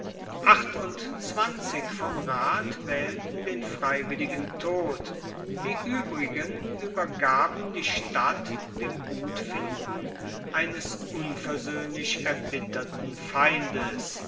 achtundzwanzig vom rat waehlten den freiwilligen tod die uebrigen uebergaben die stadt dem gutfinden eines unversoehnlich erbitterten feindes